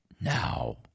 now